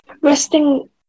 Resting